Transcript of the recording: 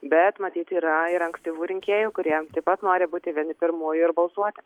bet matyt yra ir ankstyvų rinkėjų kurie taip pat nori būti vieni pirmųjų ir balsuoti